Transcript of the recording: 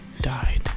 died